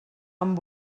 amb